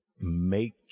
make